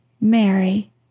Mary